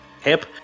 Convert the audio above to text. hip